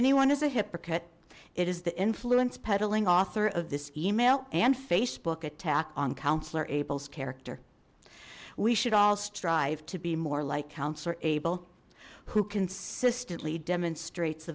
anyone is a hypocrite it is the influence peddling author of this email and facebook attack on councillor abel's character we should all strive to be more like councillor abel who consistently demonstrates